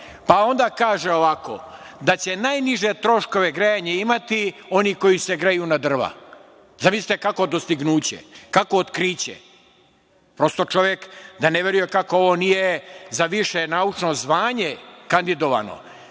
Onda kaže ovako – da će najniže troškove grejanja imati oni koji se greju na drva. Zamislite kakvo dostignuće, kakvo otkriće. Prosto čovek da ne veruje kako ovo nije za više naučno zvanje kandidovano. Kaže